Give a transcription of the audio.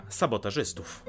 sabotażystów